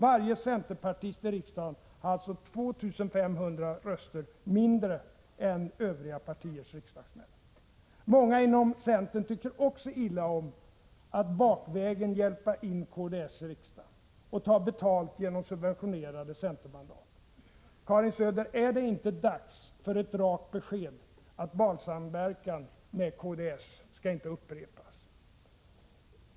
Varje centerpartist i riksdagen har alltså fått 2 500 röster mindre än övriga partiers riksdagsmän, Många inom centern tycker också illa om att bakvägen hjälpa in kds i riksdagen och ta betalt genom subventionerade centermandat. Karin Söder! Är det inte dags för ett rakt besked om att valsamverkan med kds inte skall upprepas?